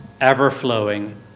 ever-flowing